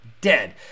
dead